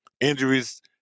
injuries